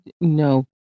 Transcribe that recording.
no